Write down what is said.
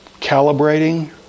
calibrating